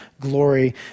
glory